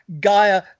Gaia